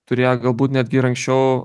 turėjo galbūt netgi ir anksčiau